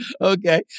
okay